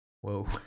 Whoa